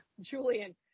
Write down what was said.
Julian